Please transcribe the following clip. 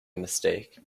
mistake